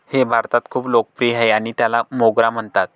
हे भारतात खूप लोकप्रिय आहे आणि त्याला मोगरा म्हणतात